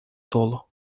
tolo